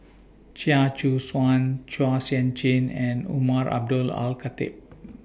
Chia Choo Suan Chua Sian Chin and Umar Abdullah Al Khatib